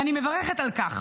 ואני מברכת על כך,